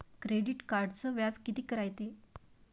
Credit कार्डचं व्याज कितीक रायते?